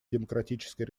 демократической